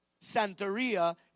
santeria